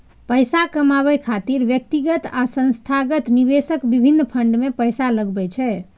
पैसा कमाबै खातिर व्यक्तिगत आ संस्थागत निवेशक विभिन्न फंड मे पैसा लगबै छै